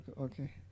Okay